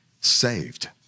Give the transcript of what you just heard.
saved